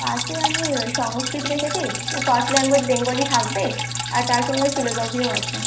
পাসে আমি সংস্কৃত রেখেছি তো ফার্স্ট ল্যাঙ্গুয়েজ বেঙ্গলি থাকবেই আর তার সঙ্গে ফিলোজফিও আছে